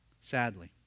Sadly